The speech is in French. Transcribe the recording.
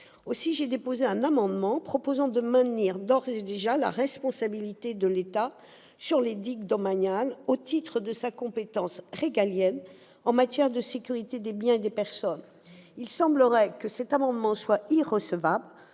Aussi ai-je déposé un amendement visant à maintenir d'ores et déjà la responsabilité de l'État en ce qui concerne les digues domaniales, au titre de sa compétence régalienne en matière de sécurité des biens et des personnes. Il semblerait que cet amendement soit irrecevable